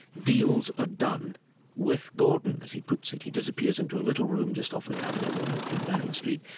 deals are done with gordon, as he puts it. he disappears into a little room just off the cabinet room at and ten downing street,